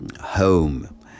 home